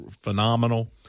phenomenal